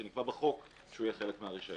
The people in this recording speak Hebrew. שנקבע בחוק שהוא יהיה חלק מהרישיון.